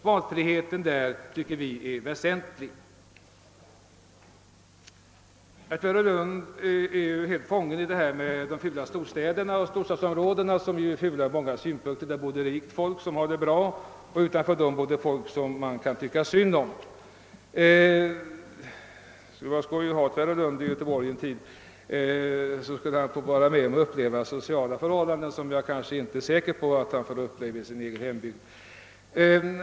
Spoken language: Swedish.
Valfriheten där tycker vi är väsentlig. Jag tror herr Nilsson i Tvärålund är helt fången av tanken på de fula storstäderna och storstadsområdena. De är ju fula ur många synpunkter. Där bor rikt folk som har det bra och utanför dem bor folk som man kan tycka synd om. Det skulle vara roligt att ha herr Nilsson i Tvärålund i Göteborg en tid. Då skulle han uppleva sociala förhållanden som jag inte är säker på att han får se i sin egen hembygd.